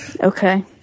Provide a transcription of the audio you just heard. Okay